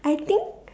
I think